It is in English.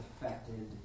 affected